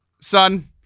son